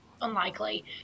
unlikely